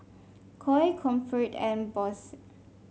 Koi Comfort and Bose